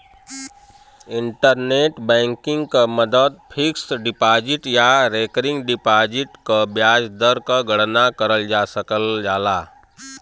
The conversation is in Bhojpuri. इंटरनेट बैंकिंग क मदद फिक्स्ड डिपाजिट या रेकरिंग डिपाजिट क ब्याज दर क गणना करल जा सकल जाला